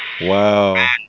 Wow